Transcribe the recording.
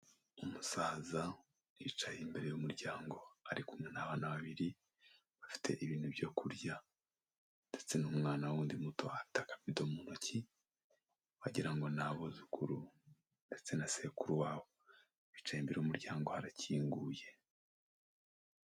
Umusaza yicaye imbere y'umuryango ari kumwe n'abana babiri, bafite ibintu byo kurya ndetse n'umwana w'undi muto afite akabido mu ntoki wagira ngo ni abuzukuru ndetse na sekuru wabo, bicaye imbere y'umuryango, harakinguye.